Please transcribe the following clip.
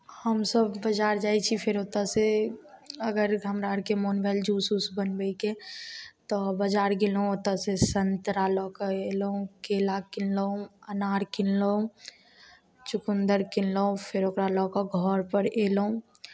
हमसभ बाजार जाइ छी फेर ओतयसँ अगर हमरा अरके मोन भेल जूस वूस बनबैके तऽ बाजार गयलहुँ ओतसँ संतरा लऽ कऽ अयलहुँ केरा किनलहुँ अनार किनलहुँ चुकन्दर किनलहुँ फेर ओकरा लऽ कऽ घरपर अयलहुँ